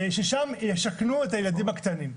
ששם ישכנו את הילדים הקטנים.